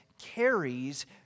carries